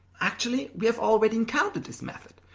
actually, we have already encountered this method,